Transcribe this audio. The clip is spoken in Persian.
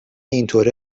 اینطوره